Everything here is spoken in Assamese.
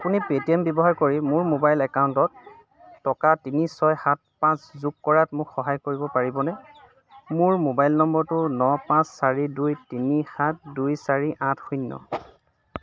আপুনি পে'টিএম ব্যৱহাৰ কৰি মোৰ মোবাইল একাউণ্টত টকা তিনি ছয় সাত পাঁচ যোগ কৰাত মোক সহায় কৰিব পাৰিবনে মোৰ মোবাইল নম্বৰটো ন পাঁচ চাৰি দুই তিনি সাত দুই চাৰি আঠ শূন্য